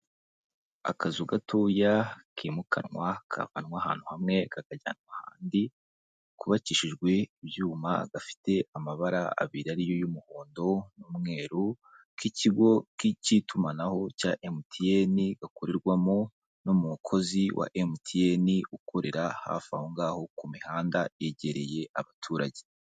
Akazu gatoya kimukanwa kavanwa ahantu hamwe kakajyanwa ahandi, kubakishijwe ibyuma gafite amabara amabara ariyo y'umuhondo n'umweru k'ikigo cy'itumanaho cya mtn gakorerwamo n'umukozi wa mtn ukorera hafi aho ngaho ku mihanda yegereye abaturage.